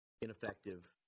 ineffective